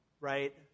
right